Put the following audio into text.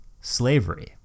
slavery